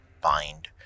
bind